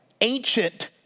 ancient